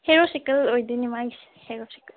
hero cycle ꯑꯣꯏꯗꯣꯏꯅꯤ ꯃꯥꯒꯤꯁꯦ Hero cycle